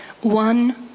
One